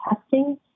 testing